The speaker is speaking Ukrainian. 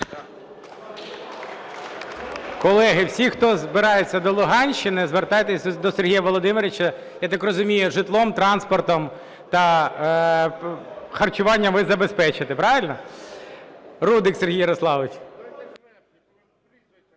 Колеги, всі, хто збирається до Луганщини, звертайтеся до Сергій Володимировича, я так розумію, житлом, транспортом та харчуванням ви забезпечите. Правильно? Рудик Сергій Ярославович.